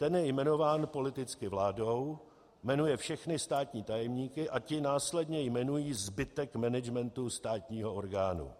Ten je jmenován politicky vládou, jmenuje všechny státní tajemníky a ti následně jmenují zbytek managementu státního orgánu.